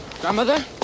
Grandmother